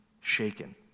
shaken